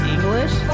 English